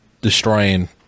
destroying